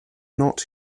not